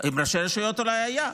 עם ראשי הרשויות אולי היה.